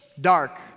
dark